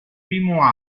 primo